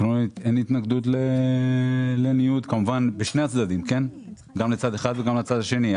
אבל עקרונית אין התנגדות לניוד לשני צדדים; גם לצד אחד וגם לצד השני.